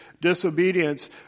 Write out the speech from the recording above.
disobedience